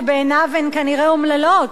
שבעיניו הן כנראה אומללות,